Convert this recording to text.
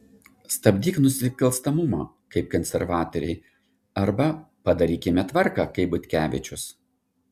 stabdyk nusikalstamumą kaip konservatoriai arba padarykime tvarką kaip butkevičius